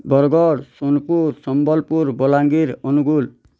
Bargarh Sonepur Sambalpur Balangir Angul